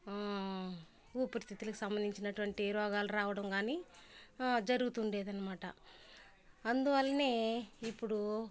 ఊపిరితిత్తులకు సంబంధించినటువంటి రోగాలు రావడం గానీ జరుగుతుండేదనమాట అందువలనే ఇప్పుడూ